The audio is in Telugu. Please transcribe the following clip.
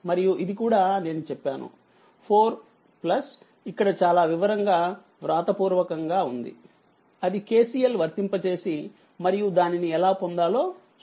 మరియు ఇది కూడా నేనుచెప్పాను 4 ఇక్కడ చాలా వివరంగా వ్రాతపూర్వకంగా ఉంది అది KCL వర్తింపచేసి మరియు దానినిఎలా పొందాలోచూపించాము